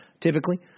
typically